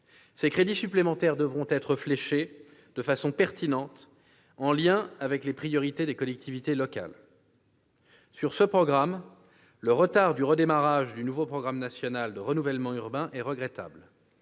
Ces crédits supplémentaires devront être fléchés de façon pertinente, en lien avec les priorités des collectivités locales. Sur ce programme, le retard du démarrage du nouveau programme national de renouvellement urbain est regrettable.